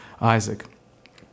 isaac